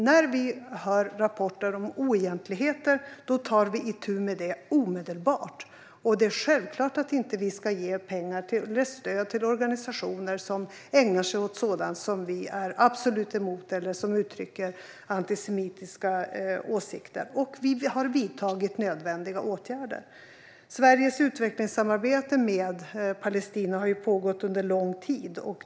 När vi hör rapporter om oegentligheter tar vi itu med det omedelbart. Det är självklart att vi inte ska ge pengar eller stöd till organisationer som ägnar sig åt sådant som vi är absolut emot eller som uttrycker antisemitiska åsikter, och vi har vidtagit nödvändiga åtgärder. Sveriges utvecklingssamarbete med Palestina har pågått under lång tid.